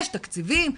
יש תקציבים.